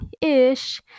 ish